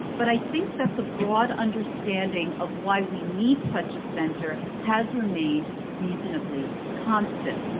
but i think that the broad understanding of why we need such a center has remained reasonably constant.